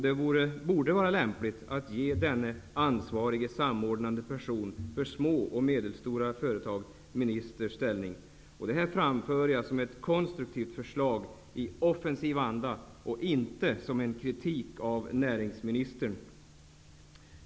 Det borde vara lämpligt att ge denne ansvarige och samordnande person för små och medelstora företag ministers ställning. Detta framför jag såsom ett konstruktivt förslag i offensiv anda och inte såsom en kritik av näringsministern.